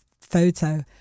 photo